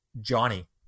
Johnny